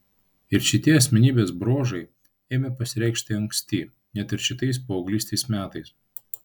ir šitie asmenybės bruožai ėmė pasireikšti anksti net ir šitais paauglystės metais